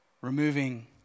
removing